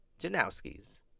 Janowskis